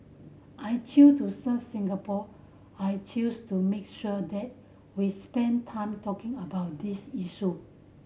I chose to serve Singapore I chose to make sure that we spend time talking about this issue